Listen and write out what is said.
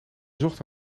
zochten